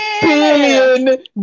billion